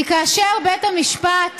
כי כאשר בית המשפט